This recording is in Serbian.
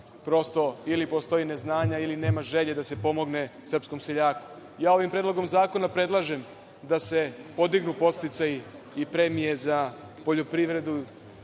ili postoji neznanje ili nema želje da se pomogne srpskom seljaku. Ovim Predlogom zakona predlažem da se podignu podsticaji i premije za poljoprivredu